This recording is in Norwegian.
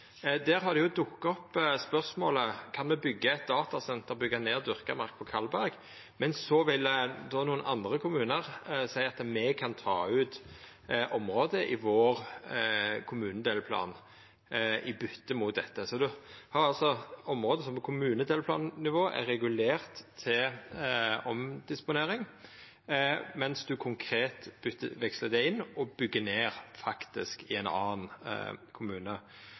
Der har det dukka opp eit spørsmål: Kan me byggja eit datasenter, byggja ned dyrka mark, på Kalberg? Nokre andre kommunar seier at me kan ta ut området i vår kommunedelplan i bytte mot dette. Så det området som på kommunedelplannivå er regulert til omdisponering, vekslar ein konkret inn og bygg ned i ein annan kommune.